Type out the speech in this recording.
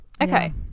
okay